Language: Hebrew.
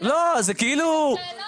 אבל לא --- זה כאילו באים,